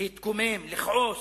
להתקומם, לכעוס,